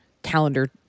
calendar